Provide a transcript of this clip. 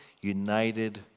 united